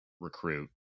recruit